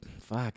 Fuck